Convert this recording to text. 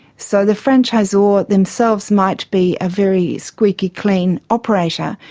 so the franchisor themselves might be a very squeaky-clean operator,